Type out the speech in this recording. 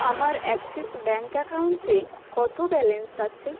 আমার Axis bank অ্যাকাউন্টে কত ব্যালেন্স আছে